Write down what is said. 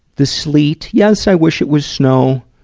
the sleet yes, i wish it was snow,